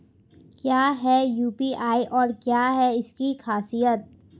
क्या है यू.पी.आई और क्या है इसकी खासियत?